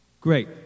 Great